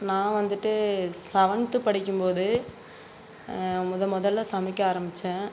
நான் வந்துட்டு செவன்த் படிக்கும் போது மொதல் மொதல்ல சமைக்க ஆரமிச்சேன்